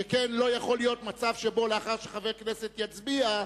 שכן לא יכול להיות מצב שבו לאחר שחבר כנסת יצביע,